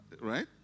Right